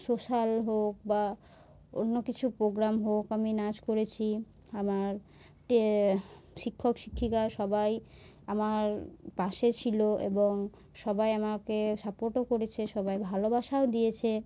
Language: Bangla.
সোশ্যাল হোক বা অন্য কিছু প্রোগ্রাম হোক আমি নাচ করেছি আমার টি শিক্ষক শিক্ষিকা সবাই আমার পাশে ছিল এবং সবাই আমাকে সাপোর্টও করেছে সবাই ভালোবাসাও দিয়েছে